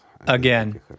again